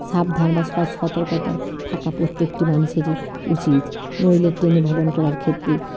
সাবধান বা স সতর্কতা থাকা প্রত্যেকটি মানুষেরই উচিত নইলে ট্রেনে ভ্রমণ করার ক্ষেত্রে